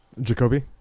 Jacoby